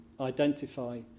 identify